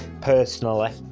personally